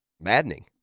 maddening